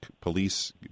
police